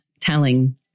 Telling